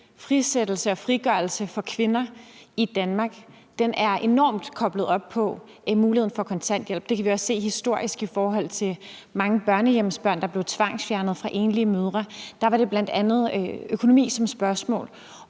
frisættelse og frigørelse for kvinder i Danmark er enormt Koblet op på en mulighed for at få kontanthjælp. Det kan vi også se historisk i forhold til mange børnehjemsbørn, der blev tvangsfjernet fra enlige mødre, hvor det bl.a. var økonomi, som var spørgsmålet,